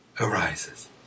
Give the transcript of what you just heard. arises